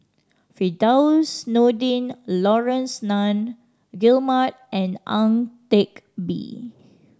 Firdaus Nordin Laurence Nunn Guillemard and Ang Teck Bee